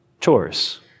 Chores